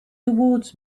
towards